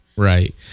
Right